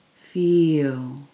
Feel